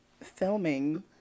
filming